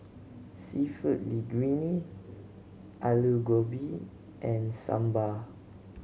Seafood Linguine Alu Gobi and Sambar